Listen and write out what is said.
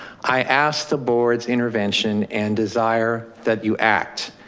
i asked the board's intervention and desire that you act,